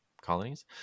colonies